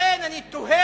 לכן אני תוהה,